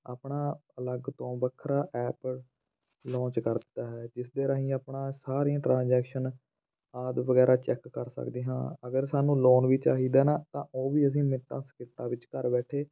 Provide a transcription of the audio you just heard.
ਆਪਣਾ ਅਲੱਗ ਤੋਂ ਵੱਖਰਾ ਐਪ ਲੌਂਚ ਕਰ ਦਿੱਤਾ ਹੈ ਜਿਸ ਦੇ ਰਾਹੀਂ ਆਪਣਾ ਸਾਰੀਆਂ ਟਰਾਜੈਕਸ਼ਨ ਆਦਿ ਵਗੈਰਾ ਚੈੱਕ ਕਰ ਸਕਦੇ ਹਾਂ ਅਗਰ ਸਾਨੂੰ ਲੋਨ ਵੀ ਚਾਹੀਦਾ ਨਾ ਤਾਂ ਉਹ ਵੀ ਅਸੀਂ ਮਿੰਟਾਂ ਸਕਿੰਟਾਂ ਵਿੱਚ ਘਰ ਬੈਠੇ